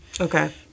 Okay